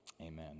Amen